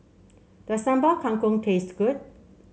does Sambal Kangkong taste good